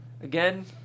Again